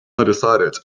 undecided